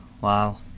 Wow